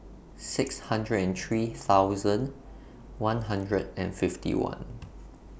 six hundred and three thousand one hundred and fifty one